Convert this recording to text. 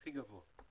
הכי גבוה.